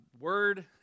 Word